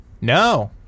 No